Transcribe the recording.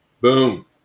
Boom